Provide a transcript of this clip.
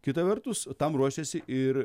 kita vertus tam ruošėsi ir